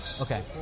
Okay